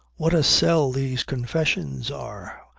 what a sell these confessions are!